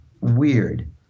weird